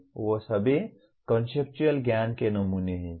वे सभी कॉन्सेप्चुअल ज्ञान के नमूने हैं